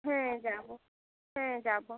হ্যাঁ যাবো হ্যাঁ যাবো